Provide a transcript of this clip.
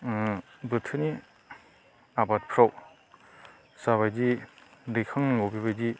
उम बोथोरनि आबादफोराव जाबायदि दैखांनांगौ बेबायदि